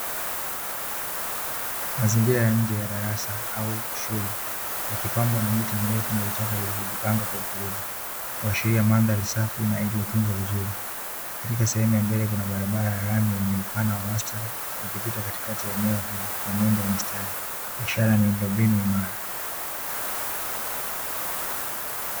Mazingira ya nje ya darasa au shule yakipambwa na miti mirefu au vichaka vilivyojipanga kwa utulivu kuashiria mandhari safi na iliyotunzwa vizuri. Katika sehemu ya mbele kuna barabara ya lami yenye upana wa wastani ikipita katikati ya eneo hilo, kwa mwendo wa mistari ishara ya miundombinu imara.